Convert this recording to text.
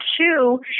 two